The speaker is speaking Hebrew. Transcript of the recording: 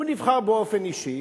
הוא נבחר באופן אישי